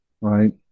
Right